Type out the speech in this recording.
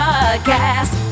Podcast